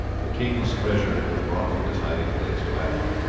the king's treasure had been brought from its hiding-place to athelney,